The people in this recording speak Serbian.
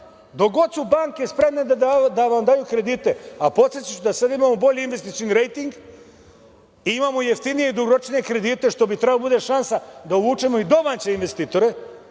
god su banke spremne da vam daju kredite, a podsetiću da sad imamo bolji investicioni rejting, imamo jeftinije i dugoročnije kredite, što bi trebalo da bude šansa da uvučemo i domaće investitore,